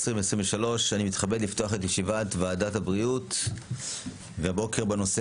2023. אני מתכבד לפתוח את ישיבת וועדת הבריאות והבוקר בנושא,